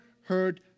heard